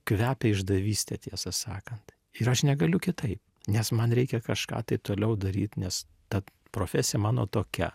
kvepia išdavyste tiesą sakant ir aš negaliu kitaip nes man reikia kažką tai toliau daryt nes tad profesija mano tokia